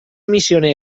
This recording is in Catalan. missioner